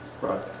Right